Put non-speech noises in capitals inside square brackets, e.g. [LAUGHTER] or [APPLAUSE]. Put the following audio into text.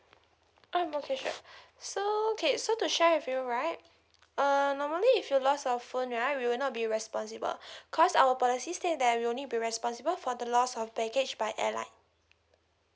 mm okay sure [BREATH] so okay so to share with you right uh normally if you lost your phone right we will not be responsible [BREATH] cause our policy state that we only be responsible for the lost of baggage by airlines